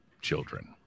children